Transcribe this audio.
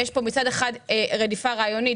יש פה מצד אחד רדיפה רעיונית,